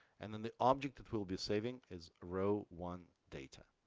and then the object that we'll be saving is row one data.